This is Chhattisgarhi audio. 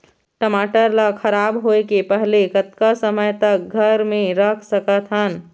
टमाटर ला खराब होय के पहले कतका समय तक घर मे रख सकत हन?